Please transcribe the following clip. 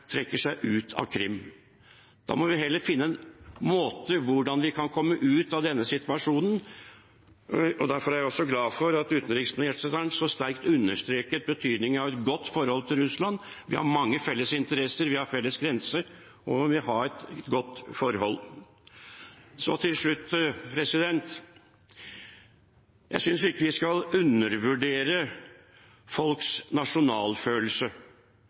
trekker seg ut av Krim. Da må vi heller finne ut hvordan vi kan komme ut av denne situasjonen. Derfor er jeg også glad for at utenriksministeren så sterkt understreket betydningen av et godt forhold til Russland. Vi har mange felles interesser, vi har felles grense, og vi har et godt forhold. Til slutt: Jeg synes ikke vi skal undervurdere folks nasjonalfølelse.